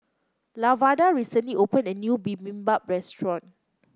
Lavada recently opened a new Bibimbap Restaurant